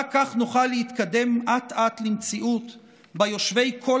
רק כך נוכל להתקדם אט-אט למציאות שבה יושבי כל